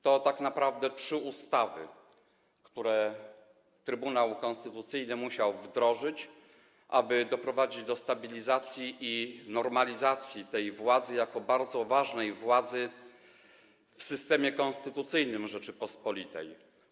To tak naprawdę były trzy ustawy, które Trybunał Konstytucyjny musiał wdrożyć, aby doprowadzić do stabilizacji i normalizacji tej władzy jako bardzo ważnej władzy w systemie konstytucyjnym Rzeczypospolitej.